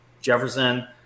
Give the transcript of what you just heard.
Jefferson